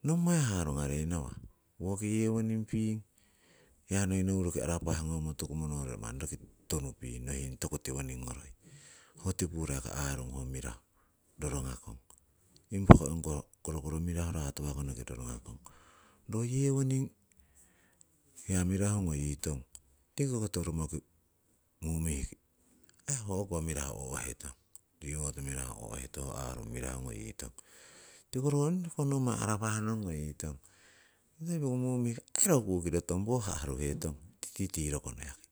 Nommai harungarei ngawah, woki yewoning piing, hiya noi nouruki arapah ngomotuku monoiro manni roki tunuping nohing toku tiwoning ngoroi, hoko tipuro aarung ho mirahu rorongakong. Impako ong koh korokoro mirahu ratuwakonoki rorongakong. Ro yewoning hiya mirahu ngoyitong tiki koto romoki mumihki aii ho o'ko mirahu o'hetong, reward mirahu o'hetong ho aarung mirahu ngoyitong. Tiko ro onungno koh nommai aarung arapah ong ngoyitong, hoi mumih aii ro kukiro tong woh ha'ruhetong titi rokono yaki,